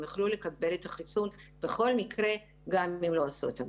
הם יוכלו לקבל את החיסון בכל מקרה גם אם לא עשו את הבדיקה.